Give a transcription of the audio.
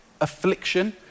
affliction